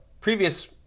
previous